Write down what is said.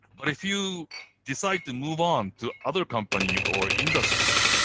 but if you decide to move on to other company or industry,